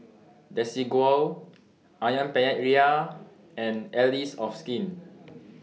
Desigual Ayam Penyet Ria and Allies of Skin